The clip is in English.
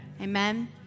Amen